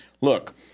Look